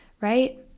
right